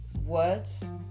words